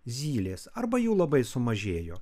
zylės arba jų labai sumažėjo